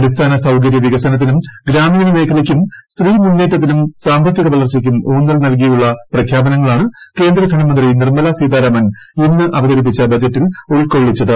അടിസ്ഥാന സൌകര്യ വികസനത്തിനും ഗ്രാമീണ മേഖലയ്ക്കൂർ സ്ത്രീ മുന്നേറ്റത്തിനും സാമ്പത്തിക വളർച്ചയ്ക്കും ഊന്നൽ നൽകിയുള്ള പ്രഖ്യാപനങ്ങളാണ് കേന്ദ്ര ധനമന്ത്രി നിർമലാ സീതാര്രാമൻ ഇന്ന് അവതരിപ്പിച്ച ബജറ്റിൽ ഉൾക്കൊള്ളിച്ചത്